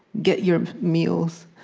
get your meals,